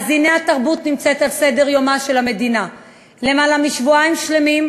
אז הנה התרבות נמצאת על סדר-יומה של המדינה למעלה משבועיים שלמים,